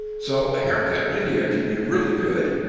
so a haircut in india can be really good,